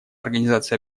организация